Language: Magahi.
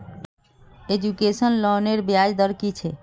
एजुकेशन लोनेर ब्याज दर कि छे?